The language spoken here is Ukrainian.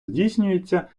здійснюється